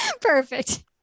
Perfect